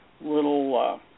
little